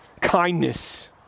kindness